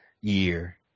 year